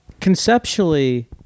Conceptually